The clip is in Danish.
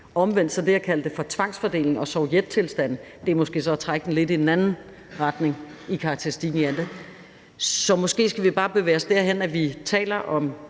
Omvendt er det at kalde det tvangsfordeling og sovjettilstande måske at trække det lidt i den anden retning i karakteristikken af det. Så måske skulle vi bare bevæge os derhen, hvor vi taler om